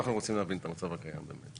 אנחנו רוצים להבין את המצב הקיים היום.